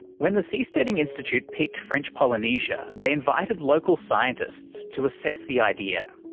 when the seasteading institute picked french polynesia, they invited local scientists to assess the idea.